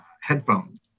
headphones